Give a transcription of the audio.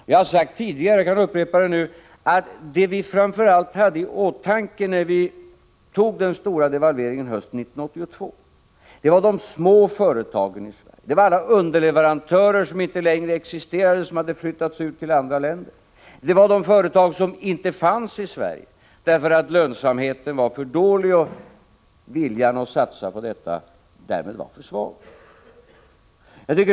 Jag har sagt tidigare, och jag kan upprepa det nu, att vad vi framför allt hade i åtanke när vi hösten 1982 beslöt genomföra den stora devalveringen var de små företagen i Sverige, alla underleverantörer, som inte längre existerade, därför att beställningarna hade flyttats ut till andra länder. Vi tänkte framför allt på de företag som inte fanns i Sverige, därför att lönsamheten var för dålig och viljan att satsa på detta därmed för svag.